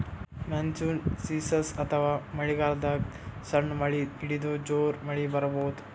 monsoon season ಅಥವಾ ಮಳಿಗಾಲದಾಗ್ ಸಣ್ಣ್ ಮಳಿ ಹಿಡದು ಜೋರ್ ಮಳಿ ಬರಬಹುದ್